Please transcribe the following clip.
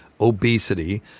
obesity